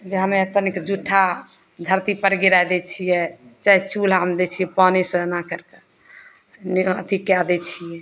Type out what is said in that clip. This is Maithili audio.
जे हमे तनिक जूठा धरती पर गिराए दै छियै चाहे चूल्हामे दै छियै पानि सना करि कऽ अथी कै दै छियै